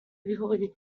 clearly